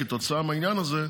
כתוצאה מהעניין הזה,